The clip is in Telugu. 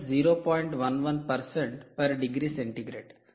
11 oC